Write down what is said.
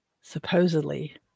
supposedly